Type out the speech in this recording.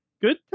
good